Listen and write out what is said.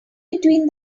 between